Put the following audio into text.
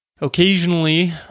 Occasionally